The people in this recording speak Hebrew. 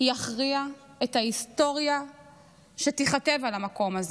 יכריע את ההיסטוריה שתיכתב על המקום הזה.